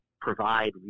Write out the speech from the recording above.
provide